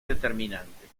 determinante